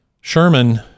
Sherman